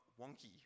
wonky